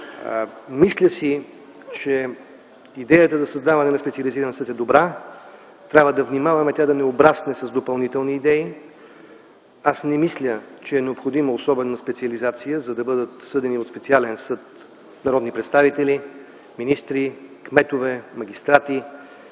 Мисля си, че идеята за създаване на специализиран съд е добра. Трябва да внимаваме тя да не обрасне с допълнителни идеи. Не мисля, че е необходима особена специализация, за да бъдат съдени от специален съд народни представители, министри, кметове, магистрати.